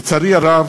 לצערי הרב,